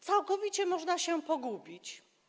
Całkowicie można się pogubić.